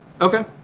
Okay